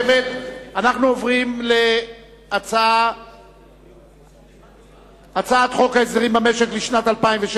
אנחנו עוברים להצבעה על הצעת חוק הסדרים במשק לשנת 2006 (תיקוני חקיקה